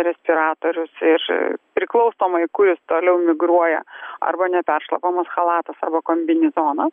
respiratorius ir priklausomai kur jis toliau migruoja arba neperšlampamas chalatas arba kombinezonas